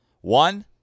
one